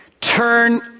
Turn